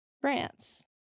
France